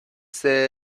sede